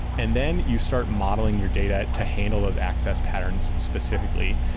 and then you start modeling your data to handle those access patterns specifically.